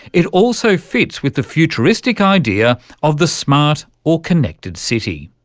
it also fits with the futuristic idea of the smart or connected city.